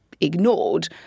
ignored